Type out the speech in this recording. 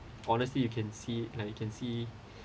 honestly you can see like you can see